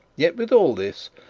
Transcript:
yet, with all this,